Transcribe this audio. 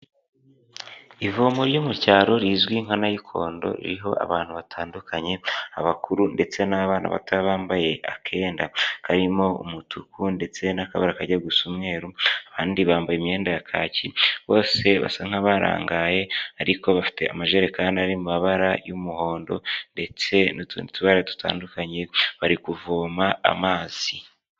Ivomo ryo mu cyaro rizwi nka nayikondo ririho abantu batandukanye, abakuru ndetse n'abana bato bambaye akenda karimo umutuku ndetse n'akabara kajya gusa umweru abandi bambaye imyenda ya kaki bose basa nka barangaye ariko bafite amajerekani ari mabara y'umuhondo ndetse n'utundi tubara dutandukanye bari kuvoma amazi.